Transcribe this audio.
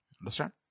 Understand